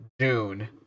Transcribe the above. June